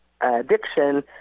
addiction